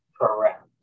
Correct